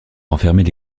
renfermait